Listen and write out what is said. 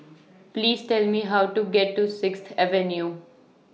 Please Tell Me How to get to Sixth Avenue